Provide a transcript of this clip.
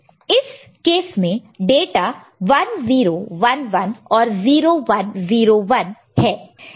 तो इस केस में डाटा 1 0 1 1 और 0 1 0 1 है